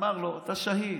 ואמר לו: אתה שהיד,